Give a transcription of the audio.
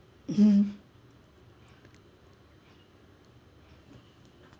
mmhmm